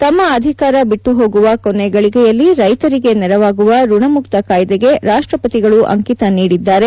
ತಮ್ಮ ಅಧಿಕಾರ ಬಿಟ್ಟುಹೋಗುವ ಕೊನೆ ಗಳಿಗೆಯಲ್ಲಿ ರೈತರಿಗೆ ನೆರವಾಗುವ ಋಣ ಮುಕ್ತ ಕಾಯ್ದೆಗೆ ರಾಷ್ಟ್ರಪತಿಗಳು ಅಂಕಿತ ನೀಡಿದ್ದಾರೆ